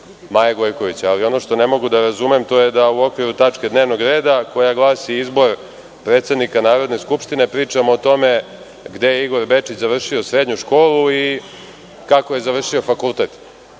Maje Gojković. Ono što ne mogu da razumem jeste da u okviru tačke dnevnog reda, koja glasi – Izbor predsednika Narodne skupštine, pričamo o tome gde je Igor Bečić završio srednju školu i kako je završio fakultet.